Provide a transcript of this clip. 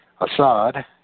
Assad